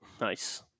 Nice